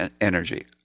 energy